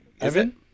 Evan